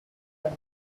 and